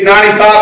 95%